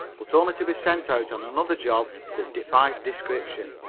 but only to be sent out on another job that defies description.